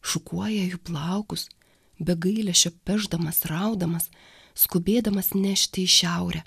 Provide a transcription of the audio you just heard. šukuoja jų plaukus be gailesčio pešdamas raudamas skubėdamas nešti į šiaurę